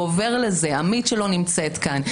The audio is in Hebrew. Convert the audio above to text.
ועמית שלא נמצאת כאן,